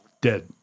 dead